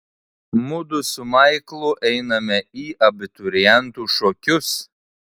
mudu su maiklu einame į abiturientų šokius